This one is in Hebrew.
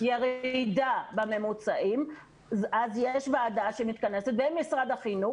ירידה בממוצעים אז יש ועדה שמתכנסת במשרד החינוך